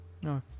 no